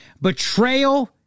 Betrayal